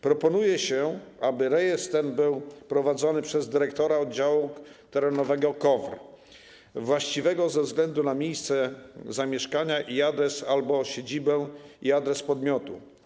Proponuje się, aby rejestr ten był prowadzony przez dyrektora oddziału terenowego KOWR właściwego ze względu na miejsce zamieszkania i adres albo siedzibę i adres podmiotu.